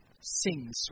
sings